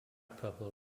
purple